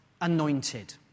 anointed